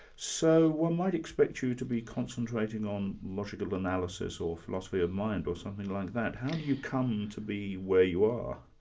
so one might expect you to be concentrating on logical analysis or philosophy of mind or something like that. how do you come to be where you are?